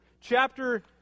chapter